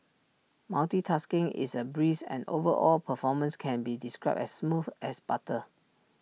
multitasking is A breeze and overall performance can be described as smooth as butter